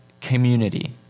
community